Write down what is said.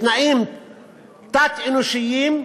בתנאים תת-אנושיים,